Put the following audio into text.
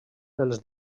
dels